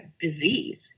disease